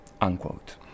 Unquote